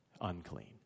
unclean